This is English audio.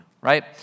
right